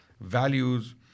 values